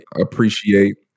appreciate